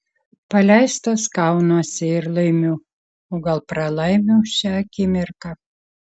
paleistas kaunuosi ir laimiu o gal pralaimiu šią akimirką